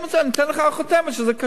אני אתן לכם חותמת שזה כשר,